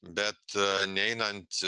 bet neinant